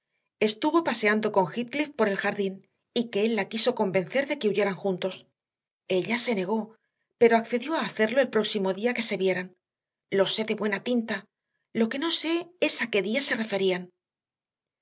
estuvo paseando con heathcliff por el jardín y que él la quiso convencer de que huyeran juntos ella se negó pero accedió a hacerlo el próximo día que se vieran lo sé de buena tinta lo que no sé es a qué día se referían